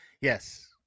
Yes